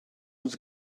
was